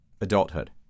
Adulthood